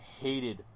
hated